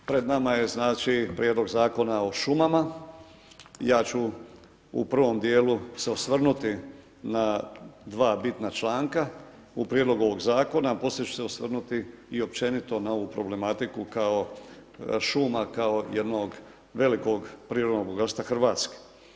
Pred nama je Prijedlog Zakona o šumama, ja ću u prvom djelu se osvrnuti na dva bitna članka u prijedlogu ovog zakona, poslije ću se osvrnuti i općenito na ovu problematiku šuma kao jednog velikog prirodnog bogatstva Hrvatske.